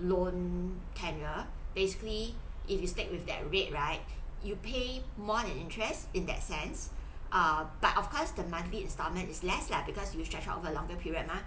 loan tenure basically if you stick with that rate right you pay more the interest in that sense uh but of course the monthly installment is less lah because you you stretch out over a longer period mah